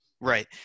right